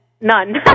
None